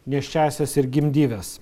nėščiąsias ir gimdyves